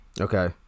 Okay